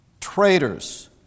traitors